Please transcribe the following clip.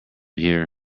here